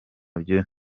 byo